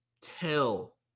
tell